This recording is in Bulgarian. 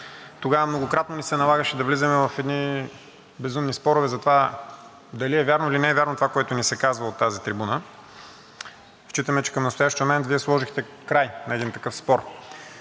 Тогава многократно ни се налагаше да влизаме в едни безумни спорове за това дали е вярно, или не е вярно това, което ни се казва от тази трибуна. Считаме, че към настоящия момент Вие сложихте край на един такъв спор.